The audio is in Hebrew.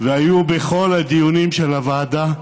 והיו בכל הדיונים של הוועדה.